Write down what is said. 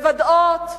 מוודאות,